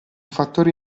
fattore